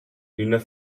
üna